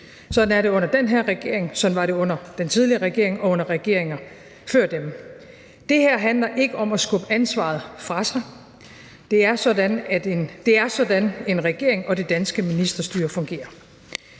Sådan er det under den her regering, sådan var det under den tidligere regering og under regeringer før den. Det her handler ikke om at skubbe ansvaret fra sig. Det er sådan, en regering og det danske ministerstyre fungerer.